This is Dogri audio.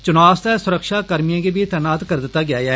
चुना आस्तै सुरक्षा कर्मिएं गी बी तैनात करी दिता गेआ ऐ